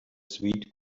sweet